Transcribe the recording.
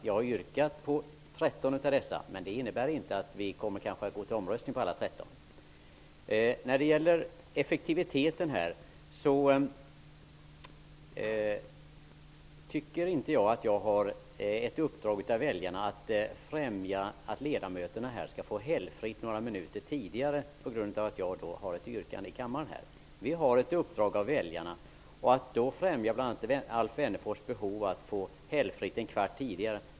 Jag har yrkat bifall till 13 av dessa, men det innebär kanske inte att vi kommer att begära omröstning om alla 13. Jag tycker inte att jag har ett uppdrag av väljarna att främja att riksdagsledamöterna skall få helgledigt några minuter tidigare genom att jag inte ställer yrkanden i kammaren. Vi har ett uppdrag av väljarna, men jag anser inte att jag har väljarnas mandat att tillgodose Alf Wennerfors behov av att få helgfritt en kvart tidigare.